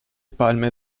palme